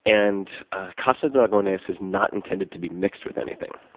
and casa dragones is not intended to be mixed with anything.